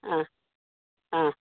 ആ ആ